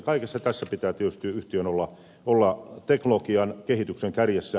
kaikessa tässä pitää tietysti yhtiön olla teknologian kehityksen kärjessä